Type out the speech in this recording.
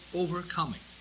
overcoming